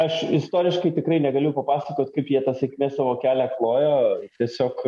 aš istoriškai tikrai negaliu papasakot kaip jie tą sėkmės savo kelią klojo tiesiog